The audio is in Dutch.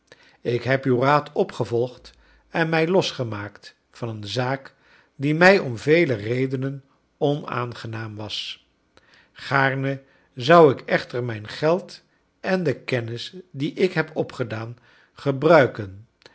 ik heb uw raad opgevolgd en mij iosgemaakt van een zaak die mij om vele redenen onaangenaam was g aarne zou ik editor mijn geld en j de kennis die ik heb opgedaan